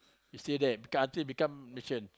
he stay there become until become Malaysian